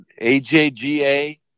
AJGA